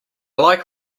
like